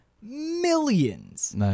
millions